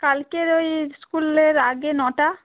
কালকের ওই স্কুলের আগে নটা